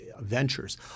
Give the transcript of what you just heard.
ventures